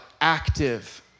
active